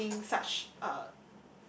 eating such uh